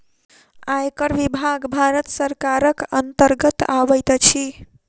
आयकर विभाग भारत सरकारक अन्तर्गत अबैत अछि